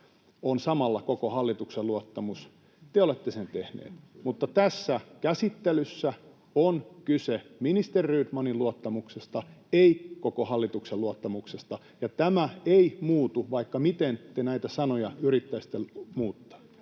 on samalla koko hallituksen luottamus, te olette sen tehneet, mutta tässä käsittelyssä on kyse ministeri Rydmanin luottamuksesta, ei koko hallituksen luottamuksesta. Ja tämä ei muutu, vaikka miten te näitä sanoja yrittäisitte muuttaa